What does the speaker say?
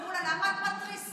אמרו לה: למה את מתריסה?